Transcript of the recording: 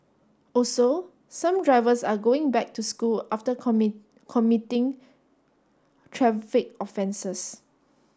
also some drivers are going back to school after committing traffic offences